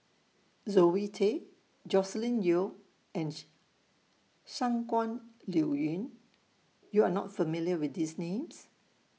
Zoe Tay Joscelin Yeo and Shangguan Liuyun YOU Are not familiar with These Names